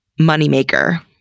moneymaker